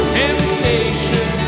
temptation